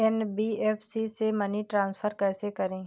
NBFC से money transfer कैसे करें?